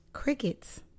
crickets